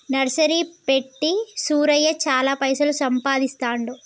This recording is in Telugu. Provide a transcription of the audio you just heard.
నర్సరీ పెట్టి సూరయ్య చాల పైసలు సంపాదిస్తాండు